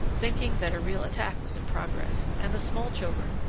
thinking that a real attack was in progress, and the small children,